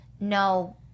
No